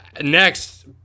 next